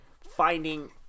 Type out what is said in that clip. finding